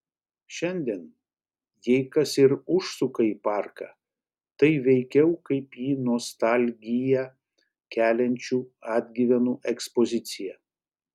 šiandien jei kas ir užsuka į parką tai veikiau kaip į nostalgiją keliančių atgyvenų ekspoziciją